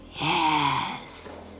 Yes